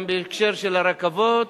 גם בהקשר של הרכבות